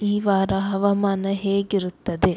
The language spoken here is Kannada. ಈ ವಾರ ಹವಾಮಾನ ಹೇಗಿರುತ್ತದೆ